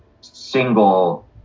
single